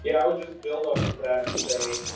yeah i would just build off of that and say,